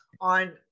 on